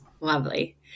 Lovely